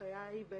ההנחיה על